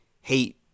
hate